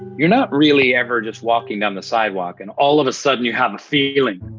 you're not really ever just walking down the sidewalk, and all of a sudden you have a feeling.